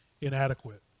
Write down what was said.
inadequate